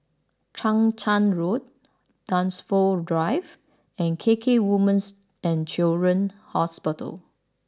Chang Charn Road Dunsfold Drive and K K Women's and Children's Hospital